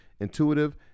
intuitive